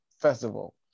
festival